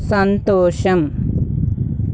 సంతోషం